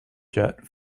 jet